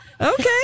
okay